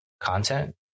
content